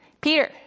Peter